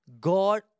God